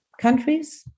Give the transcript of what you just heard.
countries